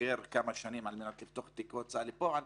איחר בכמה שנים לפתוח תיק הוצאה לפועל,